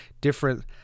different